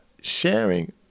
sharing